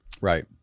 Right